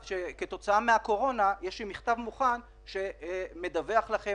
כתוצאה מן הקורונה יש לי גם מכתב מוכן שמדווח לכם